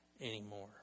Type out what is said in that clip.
anymore